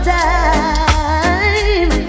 time